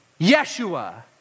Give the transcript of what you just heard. Yeshua